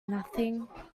nothing